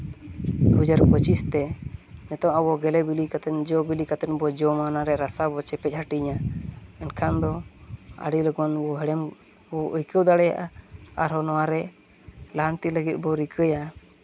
ᱫᱩ ᱦᱟᱡᱟᱨ ᱯᱚᱸᱪᱤᱥ ᱛᱮ ᱱᱤᱛᱚᱝ ᱟᱵᱚ ᱜᱮᱞᱮ ᱵᱤᱞᱤ ᱠᱟᱛᱮᱫ ᱡᱚᱼᱵᱤᱞᱤ ᱠᱟᱛᱮ ᱵᱚᱱ ᱡᱚᱢᱟ ᱚᱱᱟ ᱨᱮᱭᱟᱜ ᱨᱟᱥᱟ ᱵᱚᱱ ᱪᱮᱯᱮᱡ ᱦᱟᱹᱴᱤᱧᱟ ᱮᱱᱠᱷᱟᱱ ᱫᱚ ᱟᱹᱰᱤ ᱞᱚᱜᱚᱱ ᱵᱚ ᱦᱮᱲᱮᱢ ᱵᱚ ᱟᱹᱭᱠᱟᱹᱣ ᱫᱟᱲᱮᱭᱟᱜᱼᱟ ᱟᱨᱦᱚᱸ ᱱᱚᱣᱟᱨᱮ ᱞᱟᱦᱟᱱᱛᱤ ᱞᱟᱹᱜᱤᱫ ᱵᱚᱱ ᱨᱤᱠᱟᱹᱭᱟ